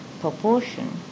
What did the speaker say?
proportion